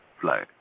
fly